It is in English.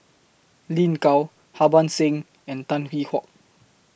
Lin Gao Harbans Singh and Tan Hwee Hock